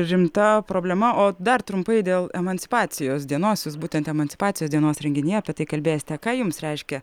rimta problema o dar trumpai dėl emancipacijos dienos jūs būtent emancipacijos dienos renginyje apie tai kalbėsite ką jums reiškia